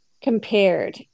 compared